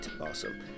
Awesome